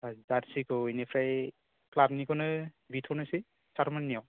दा जारसिखौ इनिफ्राय क्लाबनिखौनो बिथ'नोसै सारमोननियाव